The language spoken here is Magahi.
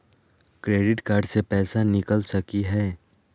क्रेडिट कार्ड से पैसा निकल सकी हय?